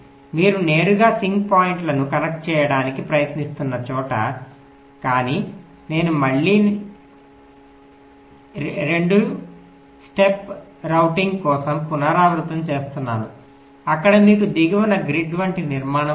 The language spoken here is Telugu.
మీరు నేరుగా సింక్ పాయింట్లను కనెక్ట్ చేయడానికి ప్రయత్నిస్తున్న చోట కానీ మళ్ళీ నేను 2 స్టెప్ రౌటింగ్ కోసం పునరావృతం చేస్తున్నాను అక్కడ మీకు దిగువన గ్రిడ్ వంటి నిర్మాణం ఉంది